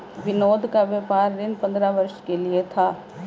विनोद का व्यापार ऋण पंद्रह वर्ष के लिए था